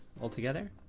altogether